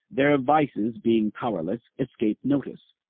their vices, being powerless, escape notice.